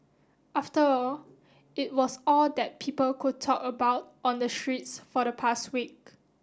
after all it was all that people could talk about on the streets for the past week